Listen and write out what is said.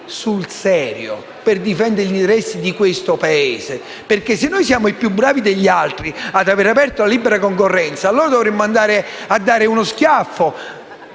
sul serio per difendere gli interessi del nostro Paese? Se davvero siamo più bravi degli altri ad avere aperto alla libera concorrenza, allora dovremmo andare a dare noi uno schiaffo